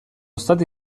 stati